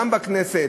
גם בכנסת.